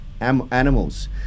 animals